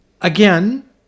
Again